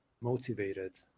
motivated